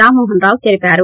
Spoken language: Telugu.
రామ్మోహనరావు తెలిపారు